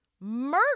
murder